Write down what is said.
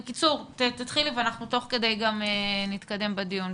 בקיצור, תתחילי ואנחנו תוך כדי נתקדם בדיון.